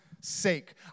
sake